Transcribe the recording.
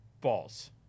false